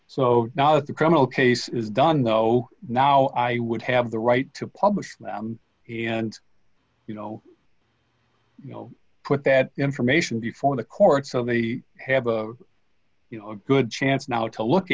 so now the criminal case is done though now i would have the right to publish and you know you know put that information before the courts so they have a you know a good chance now to look